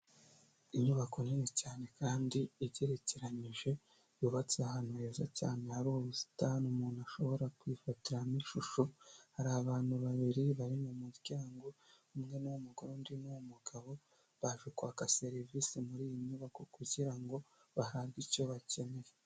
Inyubako nini cyane kandi igerekeranyije yubatse ahantu heza cyane hari ubusitani umuntu ashobora kwifatiramo ishusho hari abantu babiri bari mu muryango umwe n’umugore undi n'umugabo baje kwaka serivisi muri iyi nyubako kugira ngo bahabwe icyo bakeneye.